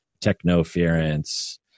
Technoference